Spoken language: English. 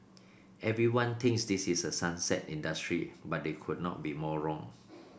everyone thinks this is a sunset industry but they could not be more wrong